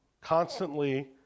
constantly